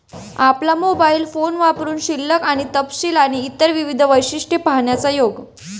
आपला mobile phone वापरुन शिल्लक आणि तपशील आणि इतर विविध वैशिष्ट्ये पाहण्याचा योग